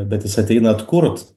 bet jis ateina atkurt